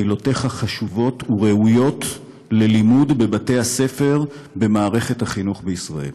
מילותיך חשובות וראויות ללימוד בבתי-הספר במערכת החינוך בישראל.